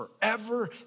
forever